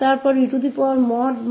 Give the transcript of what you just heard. और 𝑒−𝑖𝑦𝑅 की absolute मान